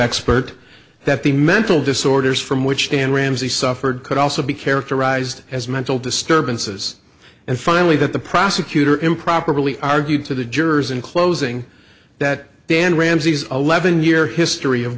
expert that the mental disorders from which an ramsey suffered could also be characterized as mental disturbances and finally that the prosecutor improperly argued to the jurors in closing that dan ramsey's eleven year history of